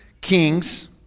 Kings